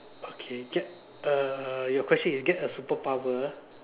okay get uh your question is get a superpower